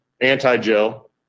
anti-gel